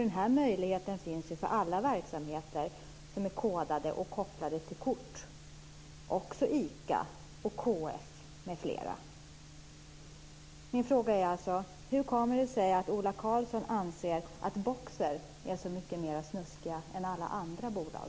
Den här möjligheten finns ju för alla verksamheter som är kodade och kopplade till kort, som ICA, KF Min fråga är alltså: Hur kommer det sig att Ola Karlsson anser att Boxer är så mycket mera snuskigt än alla andra bolag?